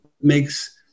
makes